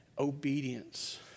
Obedience